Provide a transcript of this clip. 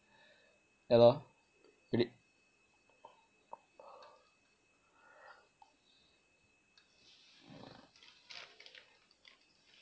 yah lor